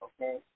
Okay